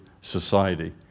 society